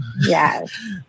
yes